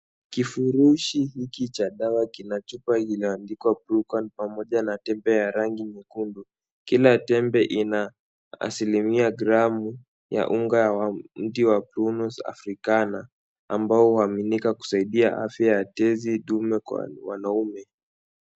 Kifurushi hiki cha dawa kina chupa linaandikwa brucan pamoja na tembe ya rangi nyekundu. Kila tembe ina asilimia gramu ya unga wa mti wa brunus africana ambao huaminika kusaidia afya ya tezi dume kwa wanaume.